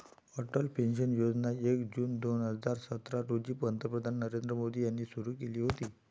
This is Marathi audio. अटल पेन्शन योजना एक जून दोन हजार सतरा रोजी पंतप्रधान नरेंद्र मोदी यांनी सुरू केली होती